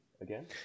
again